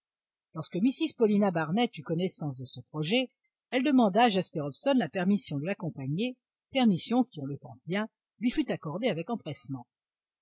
lorsque mrs paulina barnett eut connaissance de ce projet elle demanda à jasper hobson la permission de l'accompagner permission qui on le pense bien lui fut accordée avec empressement